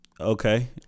Okay